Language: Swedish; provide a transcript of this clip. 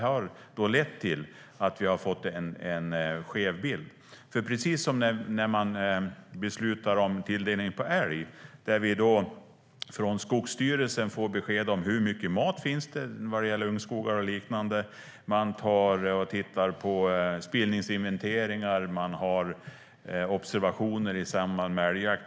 Det har då lett till att vi har fått en skev bild. När man beslutar om tilldelning av älg får man besked från Skogsstyrelsen om hur mycket mat - bland annat ungskogar - det finns. Man gör spillningsinventeringar och observationer i samband med älgjakt.